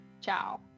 ciao